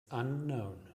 unknown